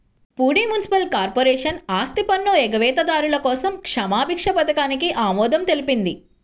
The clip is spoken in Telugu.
పూణె మునిసిపల్ కార్పొరేషన్ ఆస్తిపన్ను ఎగవేతదారుల కోసం క్షమాభిక్ష పథకానికి ఆమోదం తెలిపింది